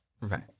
Right